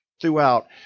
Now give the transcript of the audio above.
throughout